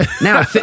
now